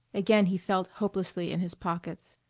again he felt helplessly in his pockets.